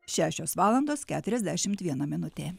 šešios valandos keturiasdešimt viena minutė